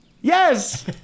Yes